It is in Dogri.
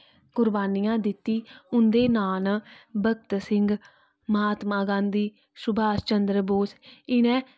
कुरबानियां दित्ती उन्दे नां न भगत सिहं महात्मा गांधी सुभाश चन्द्र बोस इ'नें